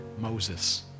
Moses